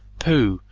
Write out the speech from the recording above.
pooh!